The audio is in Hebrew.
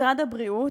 משרד הבריאות,